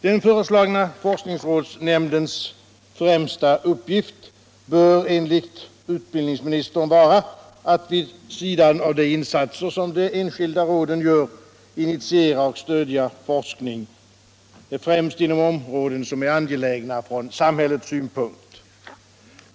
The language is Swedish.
Den föreslagna forskningsrådsnämndens främsta uppgift bör enligt utbildningsministern vara att ”vid sidan av de insatser som de enskilda råden gör initiera och stödja forskning främst inom områden som är angelägna från samhällets synpunkt”.